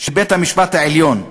של בית-המשפט העליון.